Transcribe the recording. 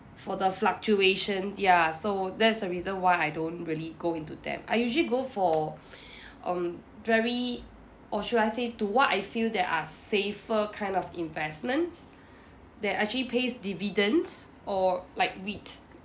for the fluctuations ya so that's the reason why I don't really go into them I usually go for um very or should I say to what I feel that are safer kind of investments that actually pays dividends or like REITs